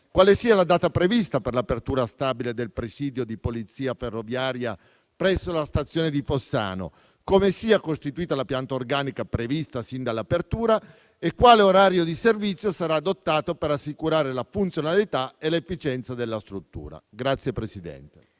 quale sia la data prevista per l'apertura stabile del presidio di Polizia ferroviaria presso la stazione di Fossano, come sia costituita la pianta organica prevista sin dall'apertura e quale orario di servizio sarà adottato per assicurare la funzionalità e l'efficienza della struttura. PRESIDENTE.